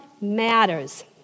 matters